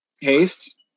haste